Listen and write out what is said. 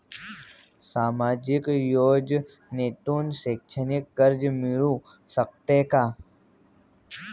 सामाजिक योजनेतून शैक्षणिक कर्ज मिळू शकते का?